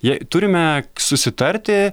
jei turime susitarti